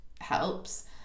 helps